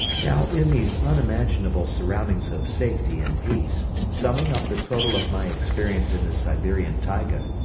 now in these unimaginable surroundings of safety and peace, summing up the total of my experience in the siberian taiga,